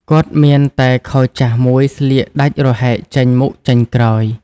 គាត់មានតែខោចាស់មួយស្លៀកដាច់រហែកចេញមុខចេញក្រោយ។